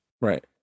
Right